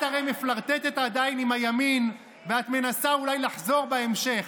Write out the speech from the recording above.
את הרי מפלרטטת עדיין עם הימין ואת מנסה אולי לחזור בהמשך.